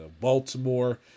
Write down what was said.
Baltimore